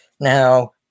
Now